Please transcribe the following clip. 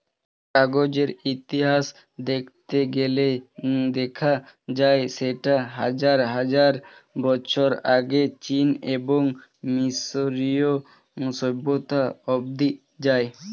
কাগজের ইতিহাস দেখতে গেলে দেখা যায় সেটা হাজার হাজার বছর আগে চীন এবং মিশরীয় সভ্যতা অবধি যায়